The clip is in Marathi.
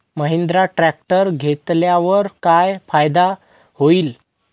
महिंद्रा ट्रॅक्टर घेतल्यावर काय फायदा होईल?